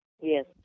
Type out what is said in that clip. Yes